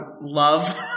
love